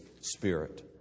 spirit